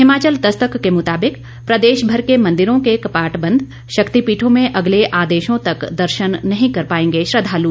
हिमाचल दस्तक के मुताबिक प्रदेशभर के मंदिरों के कपाट बंद शक्तिपीठों में अगले आदेशों तक दर्शन नहीं कर पाएंगे श्रद्वालु